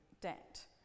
debt